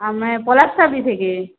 আমি পলাশ থেকে